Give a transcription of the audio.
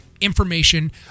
information